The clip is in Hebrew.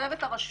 לתקצב את הרשות